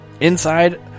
Inside